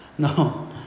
No